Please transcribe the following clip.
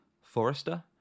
Forrester